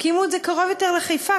תקימו את זה קרוב יותר לחיפה.